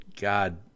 God